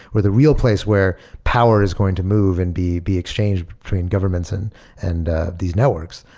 where the real place where power is going to move and be be exchanged between governments and and these networks.